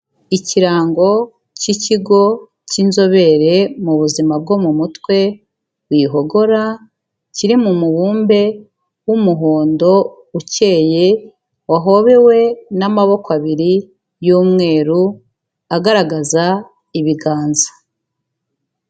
Ikirango cy'ikigo cy'inzobere mu buzima bwo mu mutwe, Wihogora, kiri mu mubumbe w'umuhondo ukeye, wahobewe n'amaboko abiri y'umweru, agaragaza ibiganza.